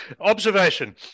Observation